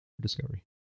Discovery